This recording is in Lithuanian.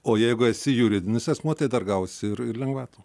o jeigu esi juridinis asmuo tai dar gausi ir lengvatų